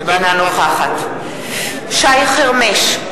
אינה נוכחת שי חרמש,